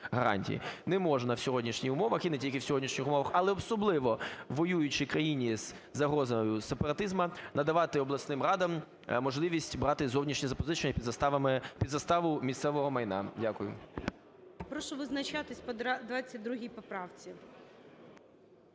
Не можна в сьогоднішніх умовах, і не тільки в сьогоднішніх умовах, але особливо у воюючій країні із загрозою сепаратизму надавати обласним радам можливість брати зовнішні запозичення під заставу місцевого майна. Дякую. ГОЛОВУЮЧИЙ. Прошу визначатись по 22 поправці.